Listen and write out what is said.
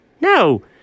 No